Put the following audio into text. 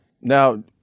Now